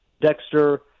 Dexter